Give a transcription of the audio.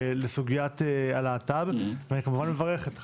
לסוגיית הלהט"ב ואני כמובן מברך את חברי,